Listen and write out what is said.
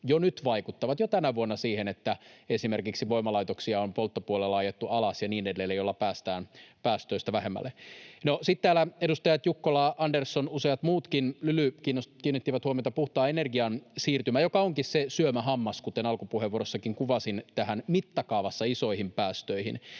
jo nyt, jo tänä vuonna, siihen, että esimerkiksi voimalaitoksia on polttopuolella ajettu alas ja niin edelleen, millä päästään päästöissä vähemmälle. No, sitten täällä edustajat Jukkola, Andersson, Lyly ja useat muutkin kiinnittivät huomiota puhtaan energian siirtymään, joka onkin se syömähammas, kuten alkupuheenvuorossakin kuvasin, näihin mittakaavassa isoihin päästöihin.